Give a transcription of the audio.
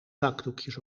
zakdoekjes